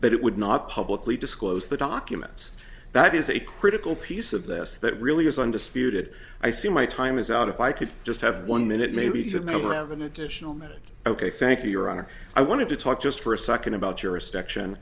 that it would not publicly disclose the documents that is a critical piece of this that really is undisputed i see my time is out if i could just have one minute maybe it would never have an additional minute ok thank you your honor i want to talk just for a second about your wrist action